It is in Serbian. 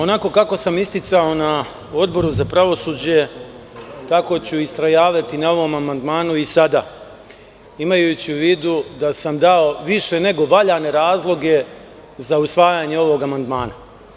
Onako kako sam isticao na Odboru za pravosuđe tako ću istrajavati na ovom amandmanu i sada, imajući u vidu da sam dao više nego valjane razloge za usvajanje ovog amandmana.